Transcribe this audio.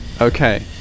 okay